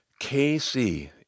KC